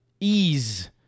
ease